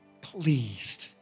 pleased